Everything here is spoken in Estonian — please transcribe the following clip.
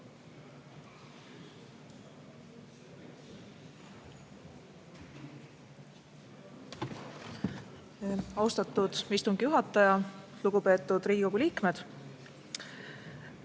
Austatud istungi juhataja! Lugupeetud Riigikogu liikmed!